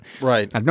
Right